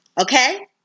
Okay